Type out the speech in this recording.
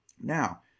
Now